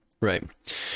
right